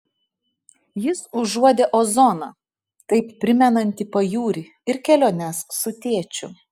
jis užuodė ozoną taip primenantį pajūrį ir keliones su tėčiu